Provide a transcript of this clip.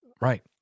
right